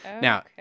Now